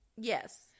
yes